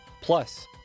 plus